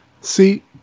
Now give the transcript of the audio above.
See